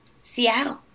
Seattle